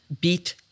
beat